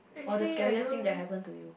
or the scariest thing that happen to you